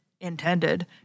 intended